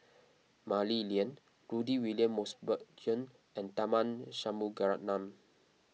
Mah Li Lian Rudy William Mosbergen and Tharman Shanmugaratnam